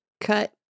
cut